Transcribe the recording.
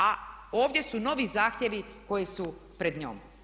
A ovdje su novi zahtjevi koji su pred njom.